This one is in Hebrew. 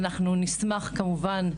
ואנחנו נשמח, כמובן,